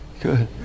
good